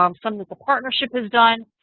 um some that the partnership has done.